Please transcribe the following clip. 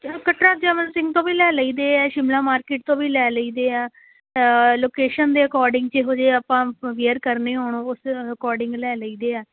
ਕਟੜਾ ਜੈਮਲ ਸਿੰਘ ਤੋਂ ਵੀ ਲੈ ਲਈਦੇ ਹੈ ਸ਼ਿਮਲਾ ਮਾਰਕੀਟ ਤੋਂ ਵੀ ਲੈ ਲਈਦੇ ਹੈ ਲੋਕੇਸ਼ਨ ਦੇ ਅਕੋਰਡਿੰਗ ਕਿਹੋ ਜਿਹੇ ਆਪਾਂ ਵੇਅਰ ਕਰਨੇ ਹੋਣ ਉਸ ਅਕੋਡਿੰਗ ਲੈ ਲਈਦੇ ਹੈ